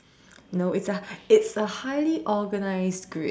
no it's a it's a highly organized grid